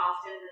often